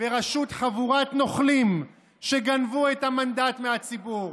בראשות חבורת נוכלים שגנבו את המנדט מהציבור,